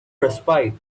respite